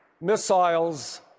missiles